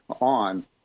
on